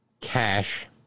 cash